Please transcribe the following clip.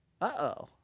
uh-oh